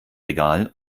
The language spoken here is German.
regal